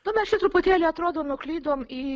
nu mes čia truputėlį atrodo nuklydom į